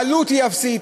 העלות היא אפסית,